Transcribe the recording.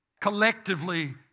collectively